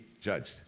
judged